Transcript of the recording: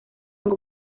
ngo